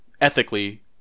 ethically